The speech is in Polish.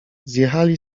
zjechali